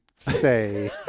say